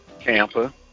Tampa